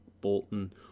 Bolton